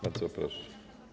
Bardzo proszę.